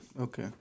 Okay